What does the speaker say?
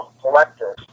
collectors